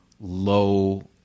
low